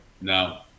No